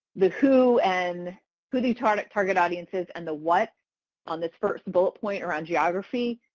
the who and who the target target audience is and the what on this first bullet point around geography